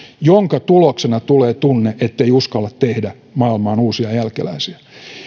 joiden tuloksena tulee tunne ettei uskalla tehdä maailmaan uusia jälkeläisiä